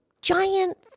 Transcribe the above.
giant